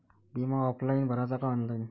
बिमा ऑफलाईन भराचा का ऑनलाईन?